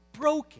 broken